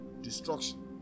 destruction